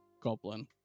goblin